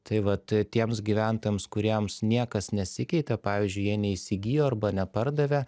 tai vat tiems gyventojams kuriems niekas nesikeitė pavyzdžiui jie neįsigijo arba nepardavė